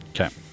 Okay